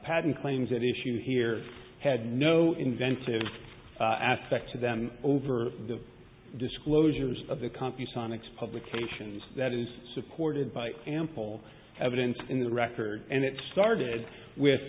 t claims that issue here had no inventive aspect to them over the disclosures of the company sonics publications that is supported by ample evidence in the record and it started with